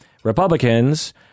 Republicans